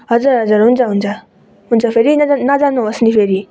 हजुर हजुर हुन्छ हुन्छ हुन्छ फेरि नजान नजानुहोस् नि फेरि